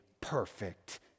perfect